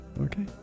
Okay